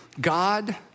God